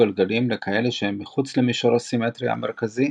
גלגליים לכאלה שהן מחוץ למישור הסימטריה המרכזי,